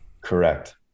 Correct